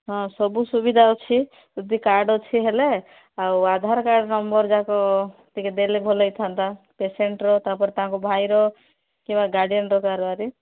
ହଁ ସବୁ ସୁବିଧା ଅଛି ଯଦି କାର୍ଡ୍ ଅଛି ହେଲେ ଆଉ ଆଧାର କାର୍ଡ୍ ନମ୍ବର୍ ଯାକ ଟିକେ ଦେଲେ ଭଲ ହେଇଥାନ୍ତା ପେସେଣ୍ଟ୍ର ତାପରେ ତାଙ୍କ ଭାଇର କିମ୍ବା ଗାର୍ଡିଆନ୍ର କାରବାରେ